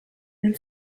une